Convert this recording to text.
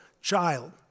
child